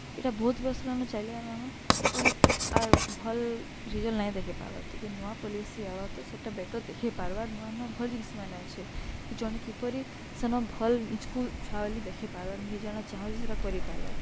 ଇଟା ବହୁତ୍ ବରଷ୍ ହେଲାନ ଚାଲି ଆଏଲାନ ତ ହେତେ ଆର୍ ଭଲ୍ ରିଜଲ୍ଟ ନାଇଁ ଦେଖେଇ ପାର୍ବା ତ ଯେନ୍ ନୂଆ ପଲିସି ଆଏବା ତ ସେଟା ବେଟର୍ ଦେଖେଇ ପାର୍ବା ନୂଆ ନୂଆ ଭଲ୍ ଜିନିଷ୍ମାନେ ଅଛେ କି ଜଣେ କିପରି ସେନ ଭଲ୍ ନିଜ୍କୁ ଛୁଆବେଲୁ ଦେଖେଇ ପାର୍ବା ନିଜେ ଜଣା ଚାହୁଁଚେ ସେଟା କରିପାର୍ବା